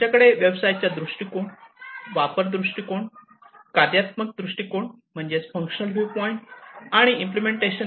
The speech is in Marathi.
आमच्याकडे व्यवसायाचा दृष्टीकोन वापर दृष्टिकोन कार्यात्मक दृष्टीकोन आणि अंमलबजावणीचा दृष्टीकोन आहे